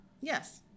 Yes